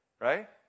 right